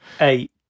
eight